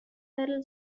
little